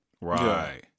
Right